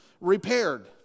repaired